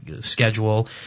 schedule